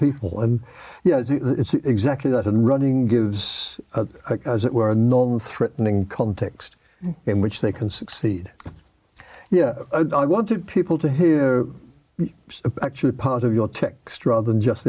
people and it's exactly that in running gives as it were known threatening context in which they can succeed yeah i wanted people to who are actually part of your text rather than just